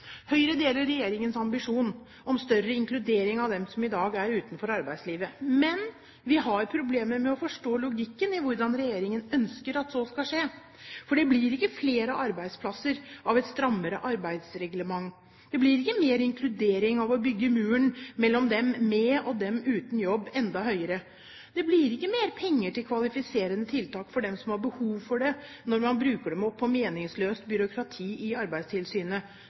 Høyre deler regjeringens ambisjon om større inkludering av dem som i dag er utenfor arbeidslivet, men vi har problemer med å forstå logikken i hvordan regjeringen ønsker at så skal skje. For det blir ikke flere arbeidsplasser av et strammere arbeidsreglement. Det blir ikke mer inkludering av å bygge muren mellom dem med og dem uten jobb, enda høyere. Det blir ikke mer penger til kvalifiserende tiltak for dem som har behov for det, når man bruker dem opp på meningsløst byråkrati i Arbeidstilsynet